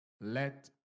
let